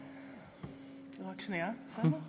רק שנייה, בסדר?